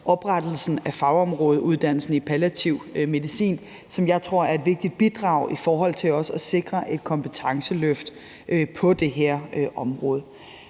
oprettelsen af fagområdeuddannelsen i palliativ medicin, som jeg tror er et vigtigt bidrag i forhold til at sikre et kompetenceløft på det her område.